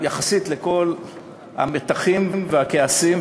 יחסית לכל המתחים והכעסים,